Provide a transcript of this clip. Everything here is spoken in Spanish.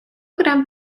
gran